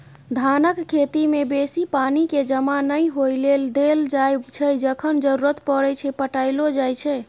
धानक खेती मे बेसी पानि केँ जमा नहि होइ लेल देल जाइ छै जखन जरुरत परय छै पटाएलो जाइ छै